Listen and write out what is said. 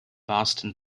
boston